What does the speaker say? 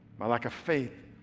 my lack of faith,